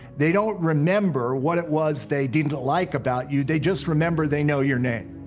they don't remember what it was they didn't like about you they just remember they know your name.